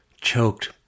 choked